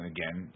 Again